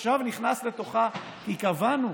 עכשיו נכנס לתוכה, כי קבענו